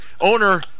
owner